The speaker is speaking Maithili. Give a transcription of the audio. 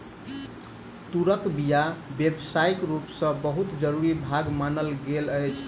तूरक बीया व्यावसायिक रूप सॅ बहुत जरूरी भाग मानल गेल अछि